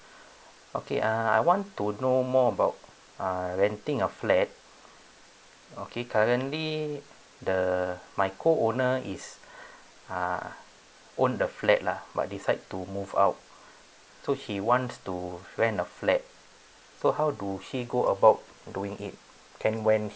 okay uh I want to know more about uh renting a flat okay currently the my co owner is own the flat lah but decide to move out so she wants to rent a flat so how do she go about doing it can when